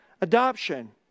adoption